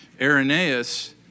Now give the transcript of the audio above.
Irenaeus